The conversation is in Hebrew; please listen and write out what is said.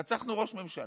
רצחנו ראש ממשלה.